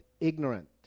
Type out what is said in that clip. ignorant